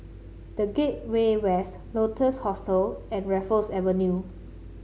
The Gateway West Lotus Hostel and Raffles Avenue